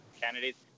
candidates